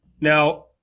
Now